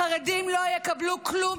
החרדים לא יקבלו כלום,